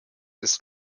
ist